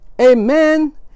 amen